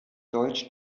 deutsch